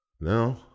No